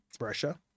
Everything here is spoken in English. Russia